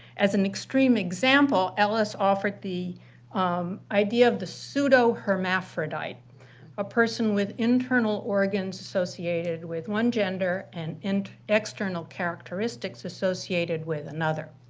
as an extreme example, ellis offered the um idea of the pseudohermaphrodite a person with internal organs associated with one gender and and external characteristics associated with another.